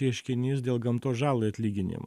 ieškinys dėl gamtos žalai atlyginimo